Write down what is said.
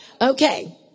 Okay